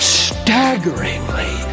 staggeringly